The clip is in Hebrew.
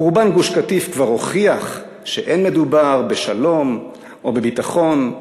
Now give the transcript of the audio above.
חורבן גוש-קטיף כבר הוכיח שאין מדובר בשלום או בביטחון.